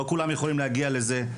לא כולם יכולים להגיע לזה.